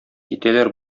китәләр